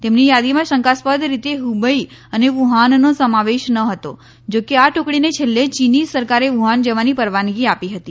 તેમની યાદીમાં શંકાસ્પદ રીતે હુબઇ અને વુહાનનો સમાવેશ ન હતો જો કે આ ટુકડીને છેલ્લે ચીની સરકારેવુહાન જવાની પરવાનગી આપી હતી